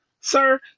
Sir